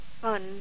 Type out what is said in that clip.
fun